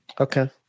okay